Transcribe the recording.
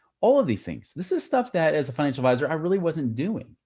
all of these things, this is stuff that as a financial advisor, i really wasn't doing,